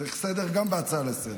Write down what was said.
צריך סדר גם בהצעה לסדר-היום.